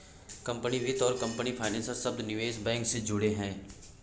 company वित्त और company financer शब्द निवेश बैंक से जुड़े हैं